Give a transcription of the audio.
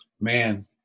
Man